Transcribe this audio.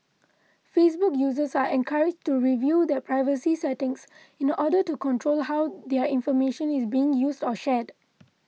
Facebook users are encouraged to review their privacy settings in order to control how their information is used or shared